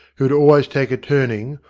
who would always take a turning,